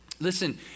Listen